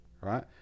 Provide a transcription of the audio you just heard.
right